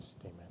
amen